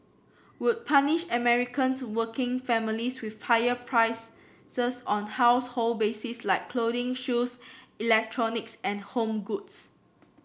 would punish Americans working families with higher price sirs on household basics like clothing shoes electronics and home goods